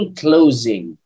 closing